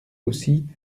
aussi